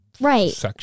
Right